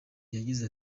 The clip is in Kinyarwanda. yagize